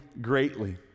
greatly